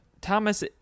Thomas